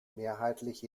mehrheitlich